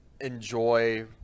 enjoy